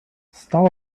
stall